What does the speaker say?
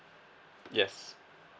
yes